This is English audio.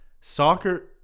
soccer